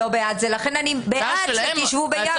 ההצעה הזאת מפקיעה את זכויותיו וההצעה שלהם משאירה את זכויותיו,